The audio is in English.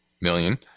million